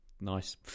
Nice